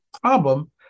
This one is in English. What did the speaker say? problem